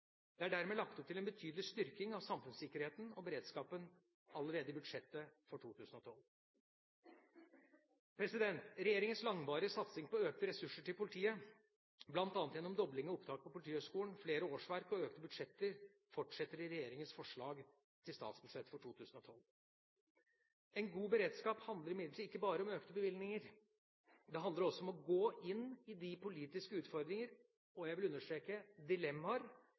Det er dermed lagt opp til en betydelig styrking av samfunnssikkerheten og beredskapen allerede i budsjettet for 2012. Regjeringas langvarige satsing på økte ressurser til politiet, bl.a. gjennom dobling av opptaket på Politihøgskolen, flere årsverk og økte budsjetter, fortsetter i regjeringas forslag til statsbudsjett for 2012. En god beredskap handler imidlertid ikke bare om økte bevilgninger. Det handler også om å gå inn i de politiske utfordringene og – jeg vil understreke